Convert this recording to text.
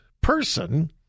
person